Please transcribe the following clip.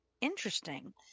interesting